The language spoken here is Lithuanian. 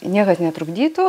niekas netrukdytų